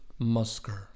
Musker